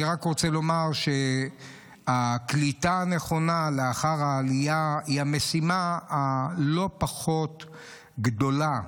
אני רק רוצה לומר שהקליטה הנכונה לאחר העלייה היא משימה הלא פחות גדולה,